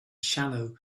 shallow